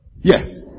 yes